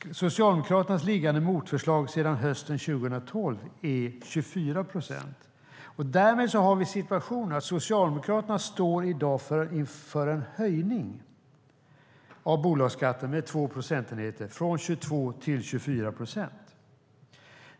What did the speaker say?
Socialdemokraternas liggande motförslag sedan hösten 2012 är 24 procent. Därmed har vi en situation där Socialdemokraterna i dag står för en höjning av bolagsskatten med två procentenheter, från 22 till 24 procent.